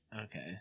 Okay